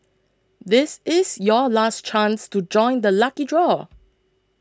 this is your last chance to join the lucky draw